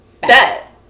Bet